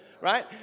right